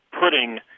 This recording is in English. putting